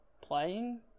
playing